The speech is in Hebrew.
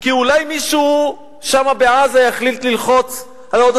כי אולי מישהו שם בעזה יחליט ללחוץ על עוד